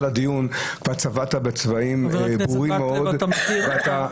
לדיון כבר צבעת בצבעים ברורים מאוד --- טוב,